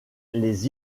les